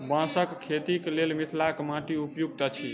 बाँसक खेतीक लेल मिथिलाक माटि उपयुक्त अछि